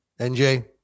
NJ